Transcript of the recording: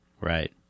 Right